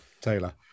Taylor